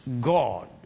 God